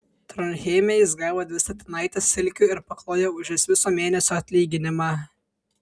tronheime jis gavo dvi statinaites silkių ir paklojo už jas viso mėnesio atlyginimą